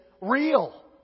real